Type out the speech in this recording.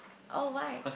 oh why